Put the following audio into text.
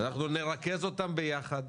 אנחנו נרכז אותן ביחד.